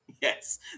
Yes